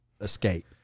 escape